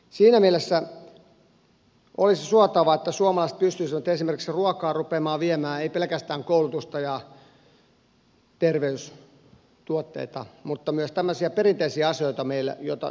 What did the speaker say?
siinä mielessä olisi suotavaa että suomalaiset pystyisivät esimerkiksi ruokaa rupeamaan viemään ei pelkästään koulutusta ja terveystuotteita vaan myös tämmöisiä perinteisiä asioita joita meillä pidetään arvossa